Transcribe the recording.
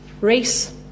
race